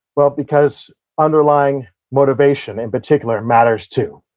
well, because underlying motivation, in particular, matters too.